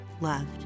loved